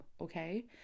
okay